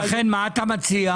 ולכן מה אתה מציע?